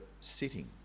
sitting